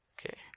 Okay